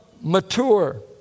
mature